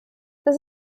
das